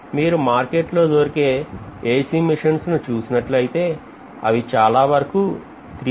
మీరు మార్కెట్లో దొరికే ఏసీ మిషన్స్ ను చూసినట్లయితే అవి చాలావరకూ త్రీ ఫేజ్ సంబంధించినవే